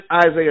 Isaiah